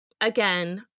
again